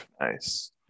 Nice